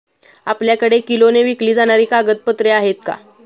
आपल्याकडे किलोने विकली जाणारी कागदपत्रे आहेत का?